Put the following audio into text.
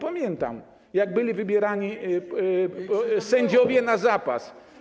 Pamiętam, jak byli wybierani sędziowie na zapas.